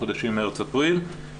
בחודשים מרץ-אפריל.